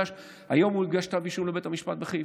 היום הוגש כתב אישום בבית המשפט בחיפה.